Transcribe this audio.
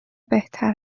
بهتر